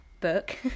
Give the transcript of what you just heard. book